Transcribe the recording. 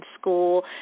school